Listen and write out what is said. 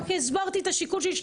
רק הסברתי את השיקול שלי,